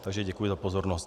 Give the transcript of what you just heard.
Takže děkuji za pozornost.